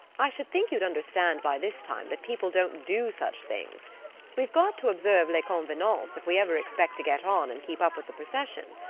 i should think you'd understand by this time that people don't do such things we've got to observe les convenances if we ever expect to get on and keep up with the procession.